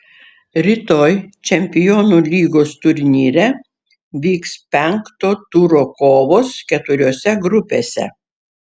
rytoj čempionų lygos turnyre vyks penkto turo kovos keturiose grupėse